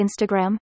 Instagram